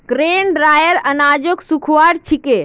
grain dryer अनाजक सुखव्वार छिके